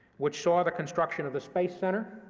which saw the construction of the space center.